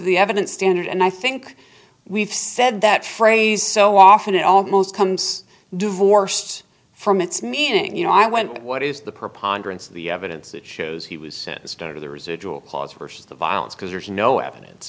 the evidence standard and i think we've said that phrase so often it almost comes divorced from its meaning you know i went what is the preponderance of the evidence that shows he was sentenced to the residual clause versus the violence because there's no evidence